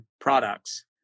products